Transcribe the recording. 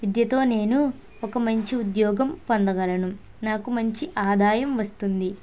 విద్యతో నేను ఒక మంచి ఉద్యోగం పొందగలను నాకు మంచి ఆదాయం వస్తుంది